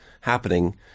happening